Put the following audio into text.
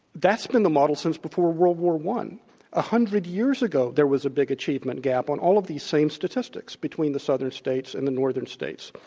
that's been the model since before world war i. a hundred years ago there was a big achievement gap on all of these same statistics between the southern states and the northern states,